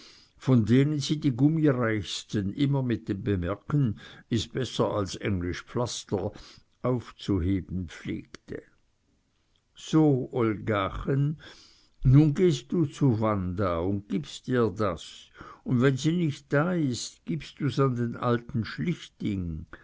von denen sie die gummireichsten immer mit dem bemerken is besser als englisch pflaster aufzuheben pflegte so olgachen nun gehst du zu wanda un gibst ihr das und wenn sie nich da is gibst du's an den alten schlichting